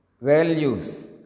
Values